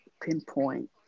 pinpoint